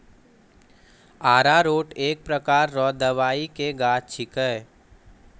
अरारोट एक प्रकार रो दवाइ के गाछ छिके